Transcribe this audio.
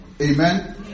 Amen